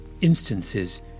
instances